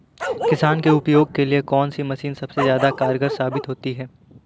किसान के उपयोग के लिए कौन सी मशीन सबसे ज्यादा कारगर साबित होती है?